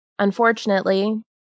Unfortunately